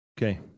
okay